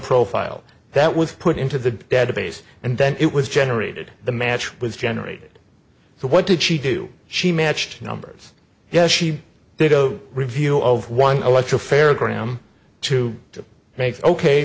profile that was put into the database and then it was generated the match was generated so what did she do she matched numbers yes she did a review of one electro fair gram to make ok